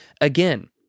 Again